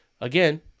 again